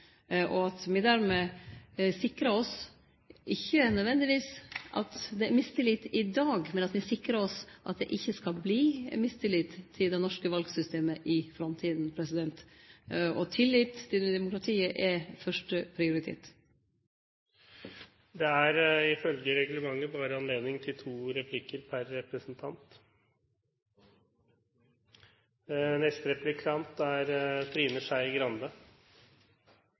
og at me dermed sikrar oss – om ikkje nødvendigvis i dag – mot at det vert mistillit til det norske valsystemet i framtida. Og tillit til demokratiet er fyrste prioritet. Det er ifølge reglementet bare anledning til to replikker per representant. Da tror jeg presidenten må lese på nytt. Neste replikant er Trine Skei Grande.